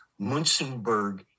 munzenberg